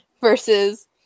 Versus